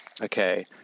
Okay